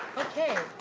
okay.